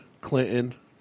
Clinton